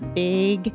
big